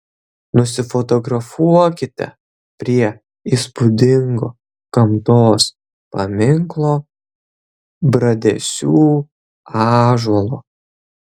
nusifotografuokite prie įspūdingo gamtos paminklo bradesių ąžuolo